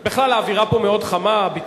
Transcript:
בכלל, האווירה פה מאוד חמה, הביטויים,